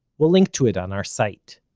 we'll link to it on our site,